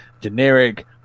generic